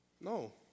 No